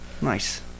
Nice